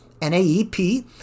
NAEP